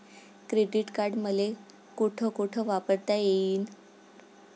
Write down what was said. Credit card मले कोठ कोठ वापरता येईन?